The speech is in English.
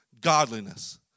godliness